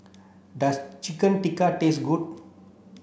does Chicken Tikka taste good